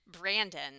Brandon